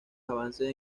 avances